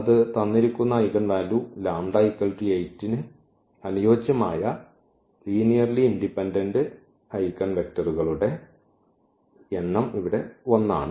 അത് തന്നിരിക്കുന്ന eigen value λ 8 ന് അനുയോജ്യമായ ലീനിയർലി ഇൻഡിപെൻഡന്റ് ഐഗൻവെക്റ്ററുകളുടെ എണ്ണം ഇവിടെ 1 ആണ്